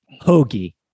Hoagie